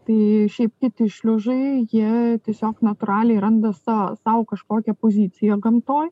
tai šiaip kiti šliužai jie tiesiog natūraliai randa sa sau kažkokią poziciją gamtoj